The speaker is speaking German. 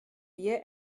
wir